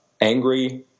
angry